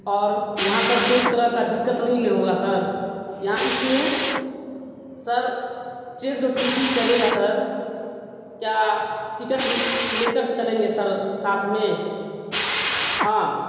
اور یہاں سر کوئی طرح کا دقت نہیں نہیں ہوگا سر یہاں اس میں سر چ جو ٹی ٹی کرے گا سر کیا ٹکٹ لے کر چلیں گے سر ساتھ میں ہاں